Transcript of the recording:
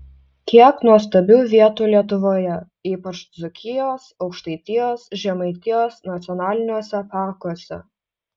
kiek nuostabių vietų lietuvoje ypač dzūkijos aukštaitijos žemaitijos nacionaliniuose parkuose